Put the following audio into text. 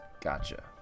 Gotcha